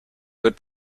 good